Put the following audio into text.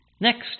next